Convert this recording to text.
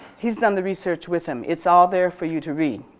he's done the research with him. it's all there for you to read.